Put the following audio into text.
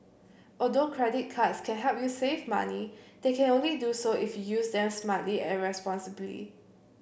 although credit cards can help you save money they can only do so if you use them smartly and responsibly